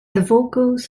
vocals